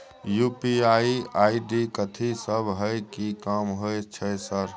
UPI ID कथि सब हय कि काम होय छय सर?